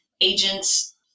agents